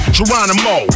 Geronimo